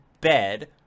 bed